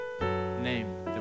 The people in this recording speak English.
name